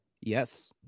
Yes